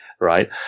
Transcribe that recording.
right